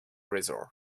resort